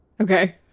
Okay